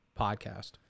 podcast